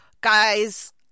guys